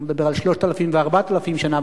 אני מדבר על 3,000 ו-4,000 שנה,